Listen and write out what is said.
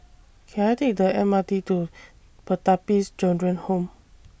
Can I Take The M R T to Pertapis Children Home